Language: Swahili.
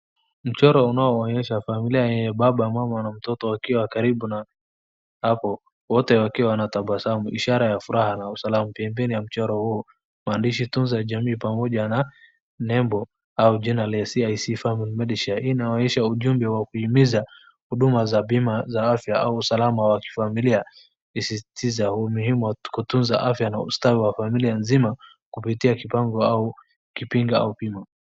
Mchoro unaoonyesha familia yenye baba, mama na mtoto wakiwa karibu na hapo, wote wakiwa wanatabasaamu, ishara ya furaha na usalama. Pembeni ya mchoro huo kuna maandishi tunza jamii pamoja na nembo au jina hla CIC Family Medisure . Hii inaonyesha ujumbe wa kuhimiza huduma za bima za afya au usalama wa kifamilia, ikisisitiza umuhimu wa kutunza afya na ustawi wa familia nzima, kupitia kipango au kipingo au bima.